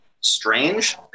strange